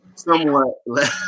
Somewhat